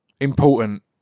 important